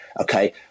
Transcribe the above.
okay